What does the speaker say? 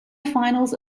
finals